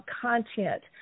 content